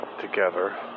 together